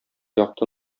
якты